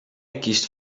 kiest